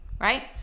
right